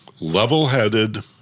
Level-headed